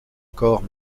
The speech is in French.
corps